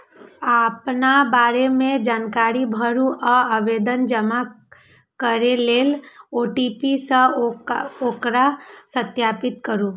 अपना बारे मे जानकारी भरू आ आवेदन जमा करै लेल ओ.टी.पी सं ओकरा सत्यापित करू